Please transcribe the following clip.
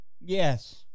Yes